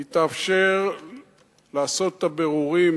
היא תאפשר לעשות את הבירורים,